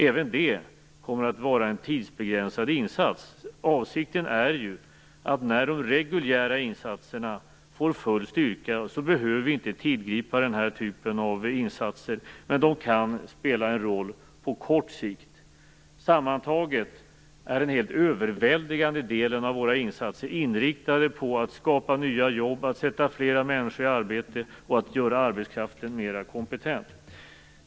Även det kommer att vara en tidsbegränsad insats. Avsikten är ju att vi när de reguljära insatserna får full styrka inte skall behöva tillgripa den här typen av insatser. De kan dock spela en roll på kort sikt. Sammantaget är den helt övervägande delen av våra insatser inriktade på att skapa nya jobb, att sätta fler människor i arbete och att göra arbetskraften mer kompetent.